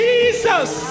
Jesus